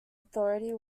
authority